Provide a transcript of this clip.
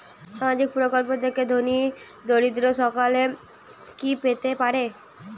সামাজিক প্রকল্প থেকে ধনী দরিদ্র সকলে কি পেতে পারে?